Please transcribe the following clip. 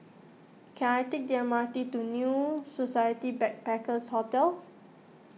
can I take the M R T to New Society Backpackers' Hotel